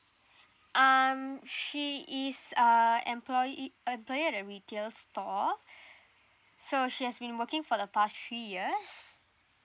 um she is uh employee employee of a retail store so she has been working for the past three years